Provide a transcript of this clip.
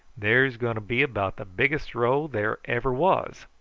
there's going to be about the biggest row there ever was.